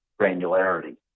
granularity